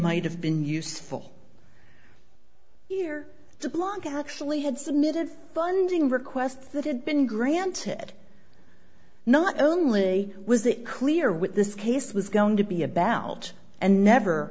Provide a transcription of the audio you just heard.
might have been useful here to block out actually had submitted funding requests that had been granted not only was it clear with this case was going to be about and never